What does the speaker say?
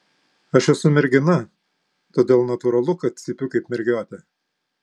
aš esu mergina todėl natūralu kad cypiu kaip mergiotė